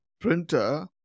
printer